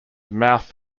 mouth